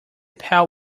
pail